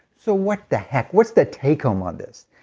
so what the heck? what's the take home on this?